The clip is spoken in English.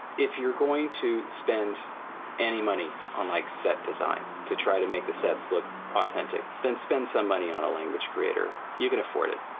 if you're going to spend any money on like set design to try to make the sets look authentic, then spend some money on a language creator you can afford it.